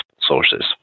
sources